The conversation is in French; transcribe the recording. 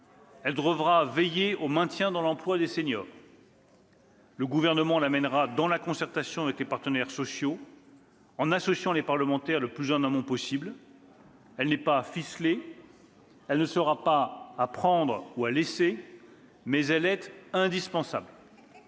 Elle devra veiller au maintien dans l'emploi des seniors. « Le Gouvernement la mènera dans la concertation avec les partenaires sociaux, en associant les parlementaires le plus en amont possible. Elle n'est pas ficelée. Elle ne sera pas à prendre ou à laisser, mais elle est indispensable.